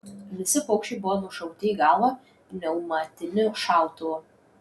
visi paukščiai buvo nušauti į galvą pneumatiniu šautuvu